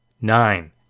nine